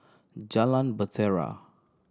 Jalan Bahtera